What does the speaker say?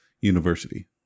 university